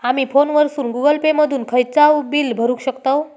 आमी फोनवरसून Google Pay मधून खयचाव बिल भरुक शकतव